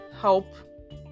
help